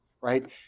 right